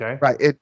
Right